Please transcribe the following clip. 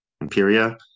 imperia